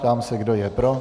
Ptám se, kdo je pro.